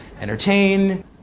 entertain